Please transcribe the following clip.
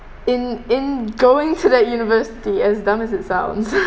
in in going to that university as dumb as it sounds